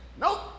Nope